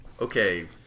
Okay